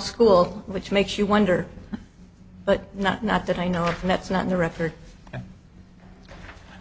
school which makes you wonder but not not that i know that's not the record